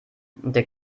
der